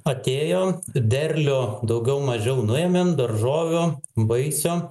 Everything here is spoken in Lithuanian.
atėjo derlių daugiau mažiau nuėmėm daržovių vaisių